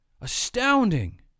Astounding